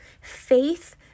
Faith